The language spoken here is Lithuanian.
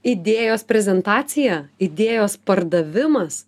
idėjos prezentacija idėjos pardavimas